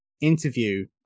interview